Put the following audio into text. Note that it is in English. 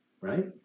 right